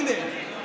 הינה,